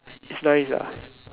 it's nice ah